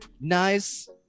nice